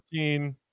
14